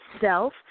self